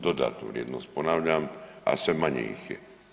Dodatnu vrijednost ponavljam, a sve manje ih je.